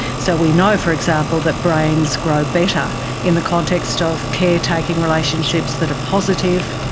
so we know, for example, that brains grow better in the context of caretaking relationships that are positive,